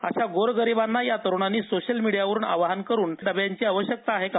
अशा गोरगरिबांना या तरुणानी सोशल मीडियावर आवाहन करून डब्याची आवश्यकता आहे का